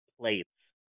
plates